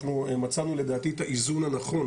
אנחנו מצאנו לדעתי את האיזון הנכון